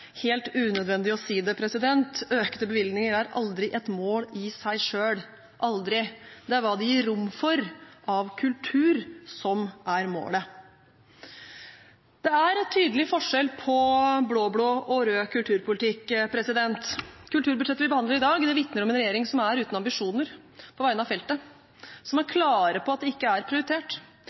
helt unødvendig å si det: Økte bevilgninger er aldri et mål i seg selv – aldri. Det er hva de gir rom for av kultur, som er målet. Det er en tydelig forskjell på blå-blå og rød kulturpolitikk. Kulturbudsjettet vi behandler i dag, vitner om en regjering som er uten ambisjoner på vegne av feltet, som er klar på at det ikke er prioritert.